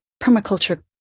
permaculture